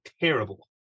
terrible